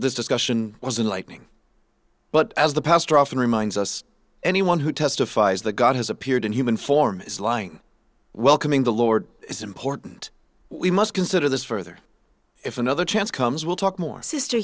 this discussion wasn't liking but as the pastor often reminds us anyone who testifies the god has appeared in human form is lying welcoming the lord is important we must consider this further if another chance comes we'll talk more sister